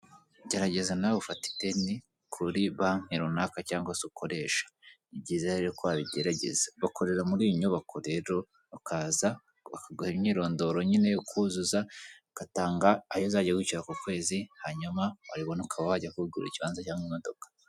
Gerageza nawe ufatate ideni kuri bake runaka cyangwa se ukoresha, byiza rero ko wabigerageza bakorera muri iyi nyubako rero ukaza bakagura imyirondoro nyine yo kuzuza ugatanga ayo uzajya wishyura ku kwezi, hanyuma wayabona ukaba wajya kwigura ikibanza cyangwa imodoka.